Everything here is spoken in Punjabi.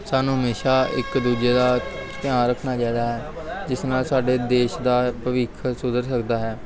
ਸਾਨੂੰ ਹਮੇਸ਼ਾ ਇੱਕ ਦੂਜੇ ਦਾ ਧਿਆਨ ਰੱਖਣਾ ਚਾਹੀਦਾ ਹੈ ਜਿਸ ਨਾਲ ਸਾਡੇ ਦੇਸ਼ ਦਾ ਭਵਿੱਖ ਸੁਧਰ ਸਕਦਾ ਹੈ